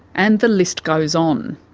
and the list goes on.